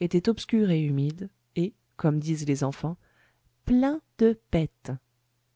était obscur et humide et comme disent les enfants plein de bêtes